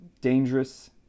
dangerous